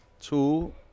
two